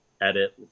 edit